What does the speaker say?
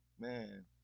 Man